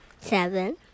Seven